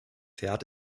fährt